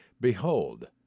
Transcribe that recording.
Behold